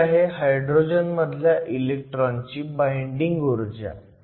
ही आहे हायड्रोजन मधल्या इलेक्ट्रॉनची बाईंडिंग ऊर्जा